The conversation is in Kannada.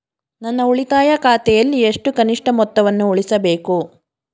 ನನ್ನ ಉಳಿತಾಯ ಖಾತೆಯಲ್ಲಿ ಎಷ್ಟು ಕನಿಷ್ಠ ಮೊತ್ತವನ್ನು ಉಳಿಸಬೇಕು?